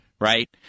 Right